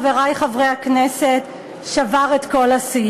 חברי חברי הכנסת,